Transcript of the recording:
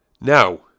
now